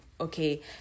okay